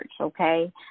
okay